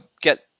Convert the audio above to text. get